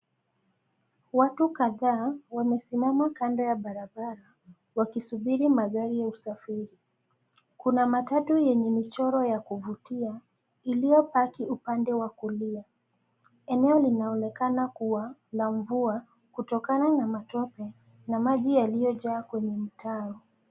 Watu kadhaa wamesimama kando ya barabara wakisubiri magari ya usafiri. Kuna matatu yenye michoro ya kuvutia, iliyopaki upande wa kulia. Eneo linaonekana kuwa na mvua kutokana na matope, na maji yaliyojaa kwenye mtaro.